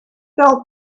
felt